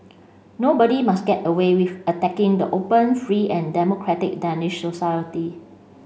nobody must get away with attacking the open free and democratic Danish society